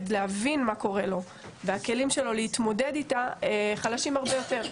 להבין מה קורה לו והכלים שלו להתמודד איתה חלשים הרבה יותר.